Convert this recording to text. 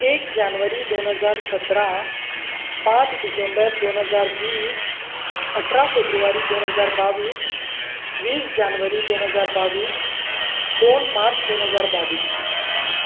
एक जानवरी दोन हजार सतरा पांच डिसेंबर दोन हजार वीस अठरा फेब्रुवारी दोन हजार बावीस वीस जानवरी दोन हजार बावीस दोन मार्च दोन हजार बावीस